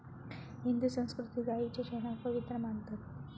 हिंदू संस्कृतीत गायीच्या शेणाक पवित्र मानतत